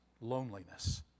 loneliness